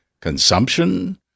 consumption